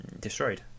destroyed